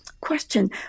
question